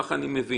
כך אני מבין.